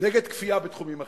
נגד כפייה בתחומים אחרים.